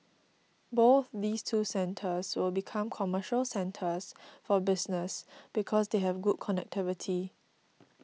both these two centres will become commercial centres for business because they have good connectivity